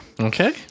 Okay